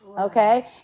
Okay